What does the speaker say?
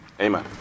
Amen